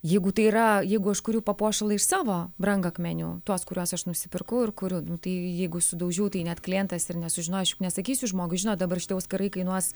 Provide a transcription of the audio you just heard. jeigu tai yra jeigu aš kuriu papuošalą iš savo brangakmenių tuos kuriuos aš nusipirkau ir kuriu nu tai jeigu sudaužiau tai net klientas ir nesužinojo aš juk nesakysiu žmogui žinot dabar šitie auskarai kainuos